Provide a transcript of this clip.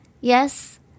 Yes